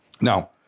Now